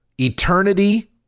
eternity